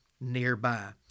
nearby